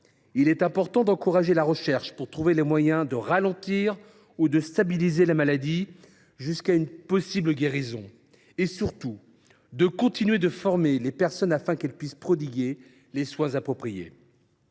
Il est important d’encourager la recherche pour trouver les moyens de ralentir ou de stabiliser la maladie, jusqu’à une possible guérison, et surtout de continuer de former les personnes afin qu’elles puissent prodiguer les soins appropriés.